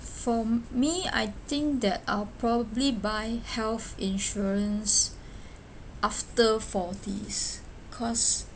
for me I think that I'll probably buy health insurance after forties cause